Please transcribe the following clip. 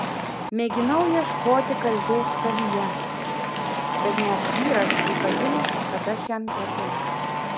mėginau ieškoti kaltės savyje bet net vyras pripažino kad aš jam per gera